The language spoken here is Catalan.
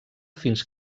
fins